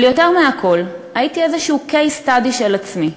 אבל יותר מהכול, הייתי איזה case study של עצמי,